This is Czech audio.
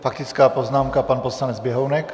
Faktická poznámka, pan poslanec Běhounek.